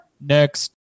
next